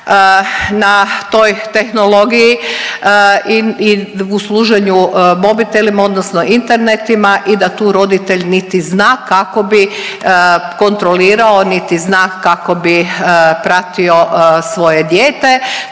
na toj tehnologiji i u služenju mobitelima odnosno internetima i da tu roditelj niti zna kako bi kontrolirao, niti zna kako bi pratio svoje dijete.